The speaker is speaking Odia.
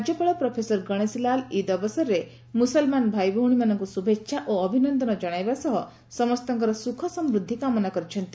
ରାଜ୍ୟପାଳ ପ୍ରଫେସର ଗଣେଶୀଲାଲ ଇଦ୍ ଅବସରରେ ମୁସଲମାନ ଭାଇଭଉଣୀମାନଙ୍କୁ ଶୁଭେଛା ଓ ଅଭିନନ୍ଦନ କଶାଇବା ସହ ସମସ୍ତଙ୍କର ସୁଖ ସମୃଦ୍ଧି କାମନା କରିଛନ୍ତି